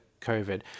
COVID